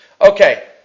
Okay